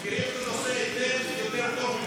מכירים את הנושא היטב, יותר טוב ממך.